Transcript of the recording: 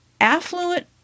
affluent